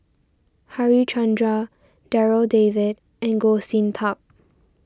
Harichandra Darryl David and Goh Sin Tub